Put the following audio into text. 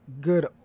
good